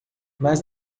mas